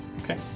Okay